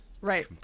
right